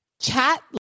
chat